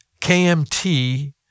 KMT